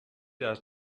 had